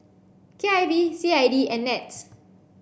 K I V C I D and NETS